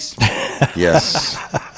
Yes